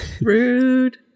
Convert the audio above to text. rude